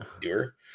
Doer